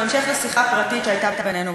בהמשך לשיחה פרטית שהייתה בינינו,